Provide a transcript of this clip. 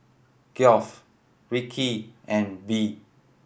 Geoff Rikki and Bee